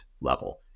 level